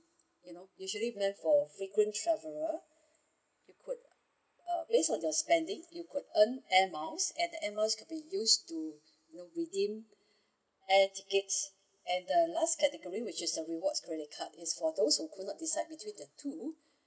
you know usually went for frequent traveler you could uh based on the spending you could earn airmiles and the airmiles could be used to redeem air tickets and the last category which is the rewards credit card is for those who could not decide between the two